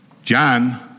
John